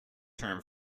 term